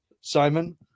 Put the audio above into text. simon